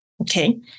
okay